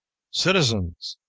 citizens!